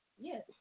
Yes